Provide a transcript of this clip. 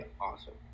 awesome